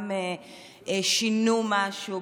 שינו משהו.